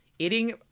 eating